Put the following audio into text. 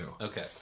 Okay